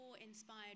inspired